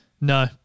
No